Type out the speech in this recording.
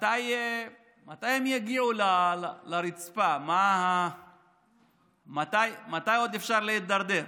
מתי הם יגיעו לרצפה, לאן עוד אפשר להידרדר,